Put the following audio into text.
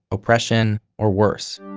oppression or worse.